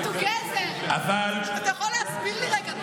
אתה יכול להסביר לי רגע,